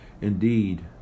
Indeed